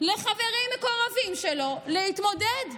לחברים מקורבים שלו להתמודד.